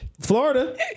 Florida